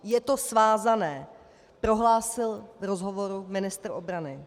Je to svázané, prohlásil v rozhovoru ministr obrany.